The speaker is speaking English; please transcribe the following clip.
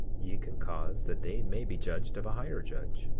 ye can cause that they may be judged of a higher judge.